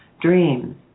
Dreams